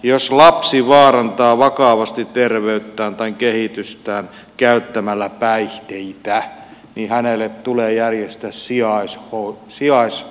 jos lapsi vaarantaa vakavasti terveyttään tai kehitystään käyttämällä päihteitä niin hänelle tulee järjestää sijaishuolto